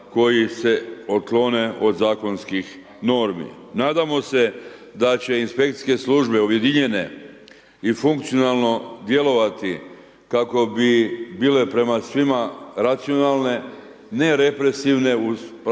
koji se otklone od zakonskih normi. Nadamo se da će inspekcijske službe objedinjene i funkcionalno djelovati kako bi bile prema svima racionalne, nerepresivne u onom